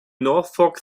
norfolk